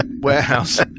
warehouse